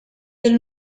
del